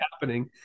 happening